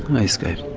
i escaped.